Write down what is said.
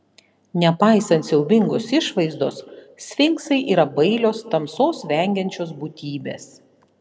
nepaisant siaubingos išvaizdos sfinksai yra bailios tamsos vengiančios būtybės